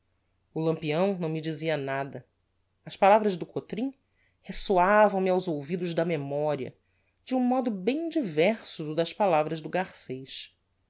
o lampião não me dizia nada as palavras do cotrim resoavam me aos ouvidos da memoria de um modo bem diverso do das palavras do garcez